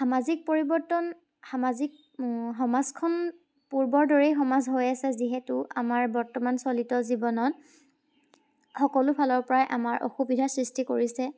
সামাজিক পৰিৱৰ্তন সামাজিক সমাজখন পূৰ্বৰ দৰেই সমাজ হৈ আছে যিহেতু আমাৰ বৰ্তমান চলিত জীৱনত সকলোফালৰ পৰাই আমাৰ অসুবিধাৰ সৃষ্টি কৰিছে